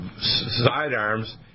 sidearms